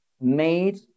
made